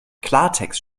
klartext